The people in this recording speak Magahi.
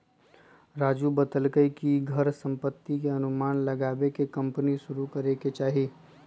राजू बतलकई कि घर संपत्ति के अनुमान लगाईये के कम्पनी शुरू करे के चाहि